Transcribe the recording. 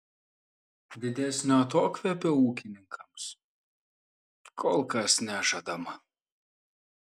didesnio atokvėpio ūkininkams kol kas nežadama